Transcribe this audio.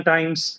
Times